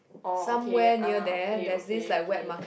oh okay ah okay okay okay